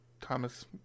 Thomas